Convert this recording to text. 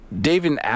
David